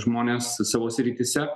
žmonės savo srityse